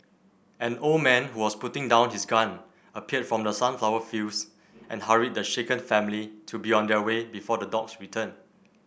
an old man who was putting down his gun appeared from the sunflower fields and hurried the shaken family to be on their way before the dogs return